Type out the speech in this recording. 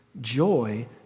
Joy